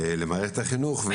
למערכת החינוך.